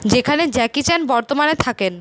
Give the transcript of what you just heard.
যেখানে Jackie Chan বর্তমানে থাকেন